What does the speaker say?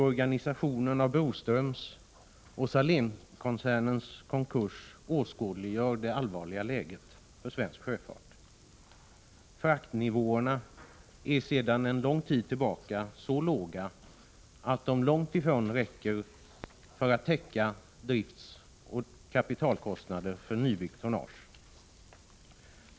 Reorganisationen av Broströms samt Salénkoncernens konkurs åskådliggör det allvarliga läget för sjöfarten. Fraktnivåerna är sedan lång tid tillbaka så låga att de långt ifrån täcker driftsoch kapitalkostnaderna för nybyggt tonnage.